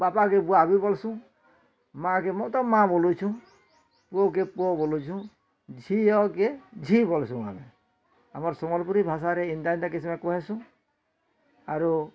ବାପା କେ ବୁଆ ବି ବୋଲସୁଁ ମା କେ ମୁଁ ତ ମାଆ ବୋଲୁଛୁଁ ପୁଅ କେ ପୁଅ ବୋଲୁଛୁଁ ଝିଅ କେ ଝୀ ବୋଲୁଛୁଁ ଆମେ ଆମର୍ ସମ୍ବଲପୁରୀ ଭାଷାରେ ଏନ୍ତା ଏନ୍ତା କହେସୁଁ ଆରୁ